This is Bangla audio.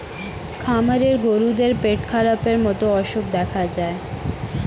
খামারের গরুদের পেটখারাপের মতো অসুখ দেখা যায়